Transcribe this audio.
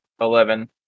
eleven